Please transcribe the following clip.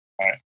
Right